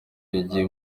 yagiye